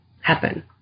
happen